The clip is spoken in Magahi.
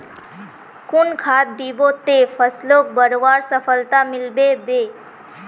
कुन खाद दिबो ते फसलोक बढ़वार सफलता मिलबे बे?